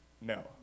No